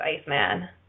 Iceman